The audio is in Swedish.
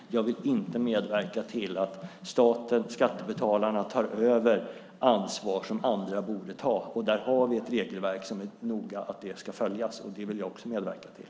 Men jag vill inte medverka till att staten och skattebetalarna tar över ansvar som andra borde ta. Där har vi ett regelverk som noga ska följas. Det vill jag däremot medverka till.